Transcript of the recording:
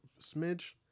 smidge